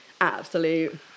absolute